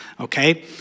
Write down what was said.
okay